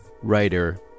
writer